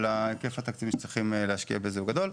אבל ההיקף התקציבי שצריך להשקיע בזה הוא גדול.